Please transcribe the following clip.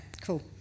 cool